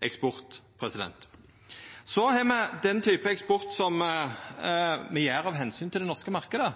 eksport. Så har me den typen eksport som me har av omsyn til den norske marknaden,